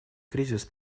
кризис